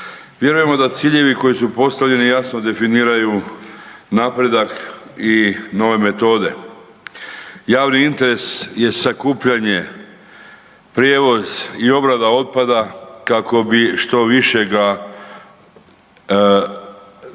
Vjerujemo da ciljevi koji su postavljeni jasno definiraju napredak i nove metode. Javni interes je sakupljanje, prijevoz i obrada otpada kako bi što više ga stavili